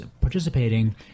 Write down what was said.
participating